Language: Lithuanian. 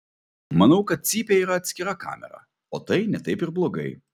manau kad cypė yra atskira kamera o tai ne taip ir blogai